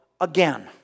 again